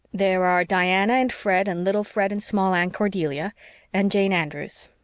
there are diana and fred and little fred and small anne cordelia and jane andrews.